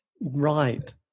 Right